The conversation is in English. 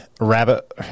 rabbit